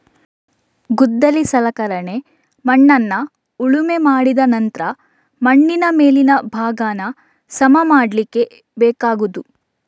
ಗುದ್ದಲಿ ಸಲಕರಣೆ ಮಣ್ಣನ್ನ ಉಳುಮೆ ಮಾಡಿದ ನಂತ್ರ ಮಣ್ಣಿನ ಮೇಲಿನ ಭಾಗಾನ ಸಮ ಮಾಡ್ಲಿಕ್ಕೆ ಬೇಕಾಗುದು